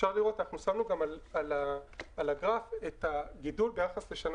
אנחנו שמנו על הגרף את הגידול ביחס לשנה